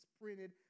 printed